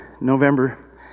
November